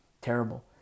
Terrible